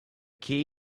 key